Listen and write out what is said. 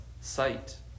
sight